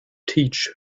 teach